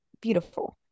beautiful